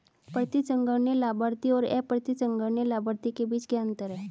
प्रतिसंहरणीय लाभार्थी और अप्रतिसंहरणीय लाभार्थी के बीच क्या अंतर है?